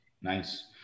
Nice